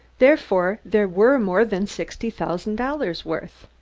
therefore there were more than sixty thousand dollars' worth.